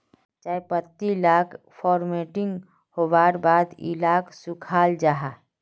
चायर पत्ती ला फोर्मटिंग होवार बाद इलाक सुखाल जाहा